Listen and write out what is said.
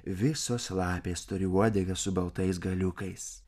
visos lapės turi uodegą su baltais galiukais